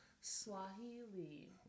Swahili